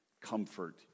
comfort